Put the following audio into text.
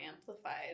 amplified